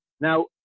Now